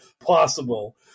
possible